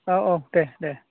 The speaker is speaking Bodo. औ औ दे दे